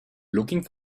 looking